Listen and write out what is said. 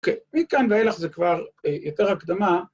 ‫אוקיי, מכאן ואילך זה כבר יותר הקדמה.